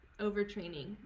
overtraining